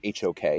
HOK